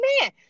man